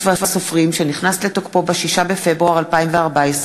משוחררים, התשע"ד 2014,